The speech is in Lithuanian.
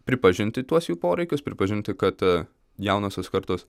pripažinti tuos jų poreikius pripažinti kad aa jaunosios kartos